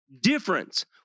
difference